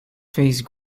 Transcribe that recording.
face